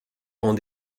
rangs